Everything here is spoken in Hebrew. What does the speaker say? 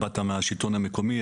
באת מהשלטון המקומי,